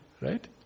right